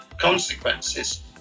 consequences